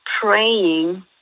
praying